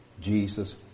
Jesus